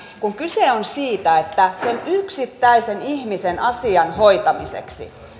kyse on siitä että sen yksittäisen ihmisen asian hoitamiseksi